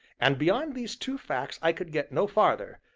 and beyond these two facts i could get no farther,